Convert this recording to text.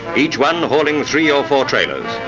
each one hauling three or four trailers.